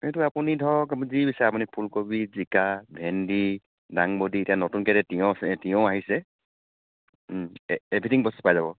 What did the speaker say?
এইটো আপুনি ধৰক যি বিচাৰে আপুনি ফুলকবি জিকা ভেন্দী ডাংবডি এতিয়া নতুনকৈ এতিয়া তিয়ঁহ তিয়ঁহ আহিছে ও এভ্ৰিথিং বস্তু পাই যাব